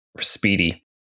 speedy